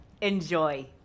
Enjoy